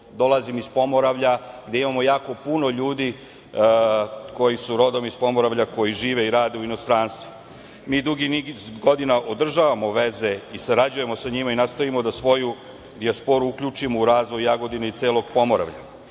dolazim iz Pomoravlja gde imamo jako puno ljudi koji su rodom iz Pomoravlja, koji žive i rade u inostranstvu. Mi dugi niz godina održavamo veze i sarađujemo sa njima i nastavimo da svoju dijasporu uključimo u razvoj Jagodine i celog Pomoravlja. Drugi